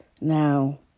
now